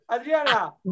Adriana